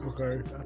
Okay